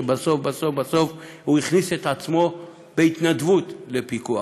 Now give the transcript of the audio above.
שבסוף בסוף בסוף הוא הכניס את עצמו בהתנדבות לפיקוח,